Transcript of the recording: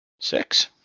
Six